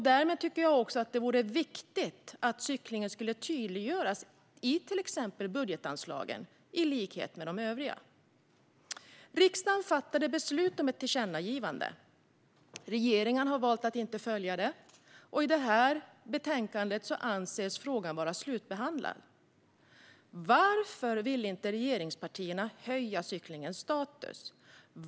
Därför tycker jag att det är viktigt att cyklingen tydliggörs i till exempel budgetanslagen, i likhet med de övriga. Riksdagen fattade beslut om ett tillkännagivande, men regeringen har valt att inte följa det. I detta betänkande anses frågan vara slutbehandlad. Varför vill inte regeringspartierna höja cyklingens status?